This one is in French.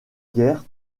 guerre